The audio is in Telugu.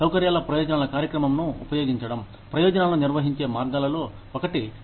సౌకర్యాల ప్రయోజనాల కార్యక్రమంను ఉపయోగించడం ప్రయోజనాలను నిర్వహించే మార్గాలలో 1